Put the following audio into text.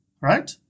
right